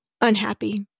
unhappy